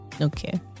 Okay